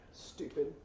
Stupid